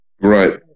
Right